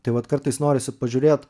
tai vat kartais norisi pažiūrėt